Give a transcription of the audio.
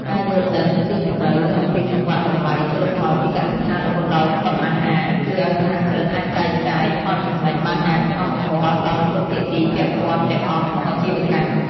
ការយល់ដឹងស៊ីជម្រៅអំពីសង្វាក់តម្លៃជលផលពីកសិដ្ឋានរហូតដល់តុអាហារ ជួយឱ្យសហគ្រិនអាចចែកចាយផលចំណេញបានយ៉ាងសមធម៌ដល់គ្រប់ភាគីពាក់ព័ន្ធទាំងអស់ក្នុងអាជីវកម្ម។